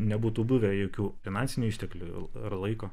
nebūtų buvę jokių finansinių išteklių ir laiko